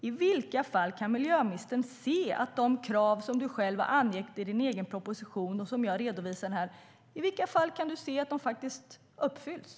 I vilka fall kan miljöministern se att de krav som hon själv har angett i sin egen proposition, och som jag redovisar här, uppfylls?